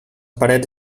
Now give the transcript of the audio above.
parets